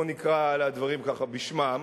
בואו נקרא לדברים ככה בשמם,